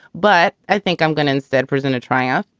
but i think i'm gonna instead present a tryout.